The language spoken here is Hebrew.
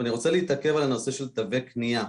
אני רוצה להתעכב על הנושא של תווי קנייה,